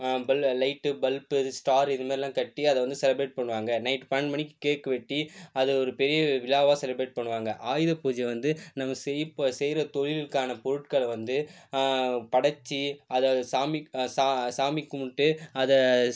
பல் light bulb star இதை மாதிரிலா கட்டி அதை வந்து செலிபிரேட் பண்ணுவாங்க நைட் பன்னெண்டு மணிக்கு கேக் வெட்டி அது ஒரு பெரிய விழாவாக செலிபரேட் பண்ணுவாங்க ஆயுத பூஜை வந்து நம்ம செய்ப செய்கிற தொழில்கான பொருட்களை வந்து படைச்சு அதை சாமிக்கு சாமி கும்பிட்டு அதை